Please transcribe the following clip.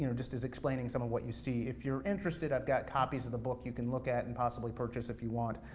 you know just explaining some of what you see. if you're interested, i've got copies of the book you can look at, and possibly purchase if you want,